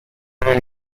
del